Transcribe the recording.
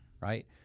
right